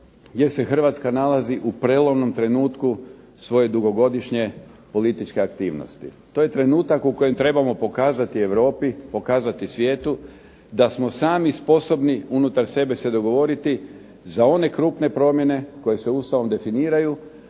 jer se Hrvatska nalazi u prijelomnom trenutku svoje dugogodišnje političke aktivnosti. To je trenutak u kojem trebamo pokazati Europi, pokazati svijetu da smo sposobni sami unutar sebe se dogovoriti za one krupne promjene koje se Ustavom definiraju